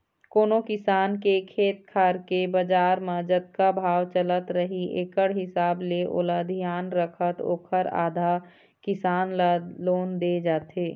कोनो किसान के खेत खार के बजार म जतका भाव चलत रही एकड़ हिसाब ले ओला धियान रखत ओखर आधा, किसान ल लोन दे जाथे